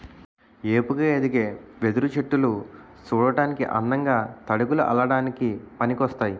ఏపుగా ఎదిగే వెదురు చెట్టులు సూడటానికి అందంగా, తడకలు అల్లడానికి పనికోస్తాయి